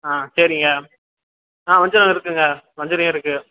ஆ சரிங்க ஆ வஞ்சிரம் இருக்குதுங்க வஞ்சிரையும் இருக்குது